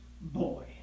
boy